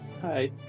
Hi